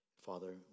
Father